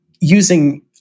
using